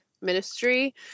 ministry